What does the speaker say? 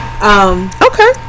Okay